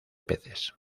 peces